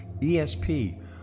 ESP